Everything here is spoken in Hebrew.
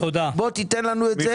בוא תיתן לנו את זה.